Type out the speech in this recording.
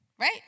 right